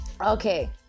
Okay